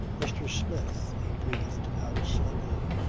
mr. smith, he breathed out slowly.